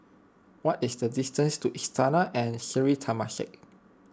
what is the distance to Istana and Sri Temasek